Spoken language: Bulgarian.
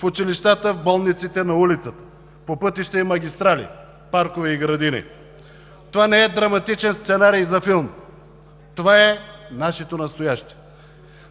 в училищата, в болниците, на улицата, по пътища и магистрали, паркове и градини. Това не е драматичен сценарий за филм, това е нашето настояще.